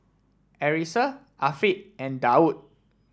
Arissa Afiq and Daud